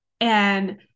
And-